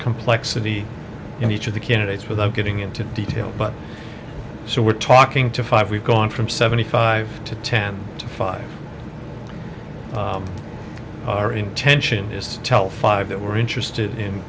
complexity in each of the candidates without getting into details but so we're talking to five we've gone from seventy five to ten to five our intention is to tell five that we're interested in